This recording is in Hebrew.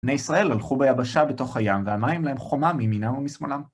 בני ישראל הלכו ביבשה בתוך הים, והמים להם חומה מימינם ומשמאלם.